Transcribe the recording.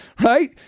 Right